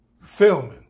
filming